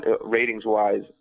ratings-wise